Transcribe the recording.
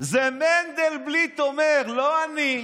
את זה מנדלבליט אומר, לא אני.